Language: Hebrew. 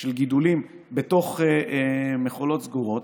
גידולים בתוך מכולות סגורות,